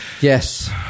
Yes